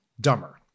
dumber